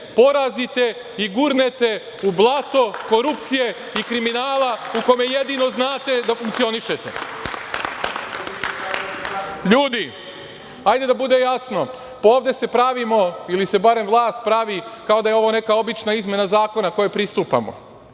porazite i gurnete u blato korupcije i kriminala u kome jedino znate da funkcionišete. Ljudi, hajde da bude jasno, ovde se pravimo ili se barem vlast pravi kao da je ovo neka obična izmena zakona kojoj pristupamo,